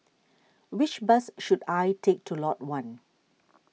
which bus should I take to Lot one